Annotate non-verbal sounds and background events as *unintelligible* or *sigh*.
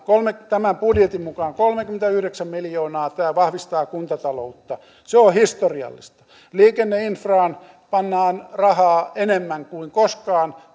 tämän budjetin mukaan kolmekymmentäyhdeksän miljoonaa tämä vahvistaa kuntataloutta se on historiallista liikenneinfraan pannaan rahaa enemmän kuin koskaan *unintelligible*